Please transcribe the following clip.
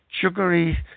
sugary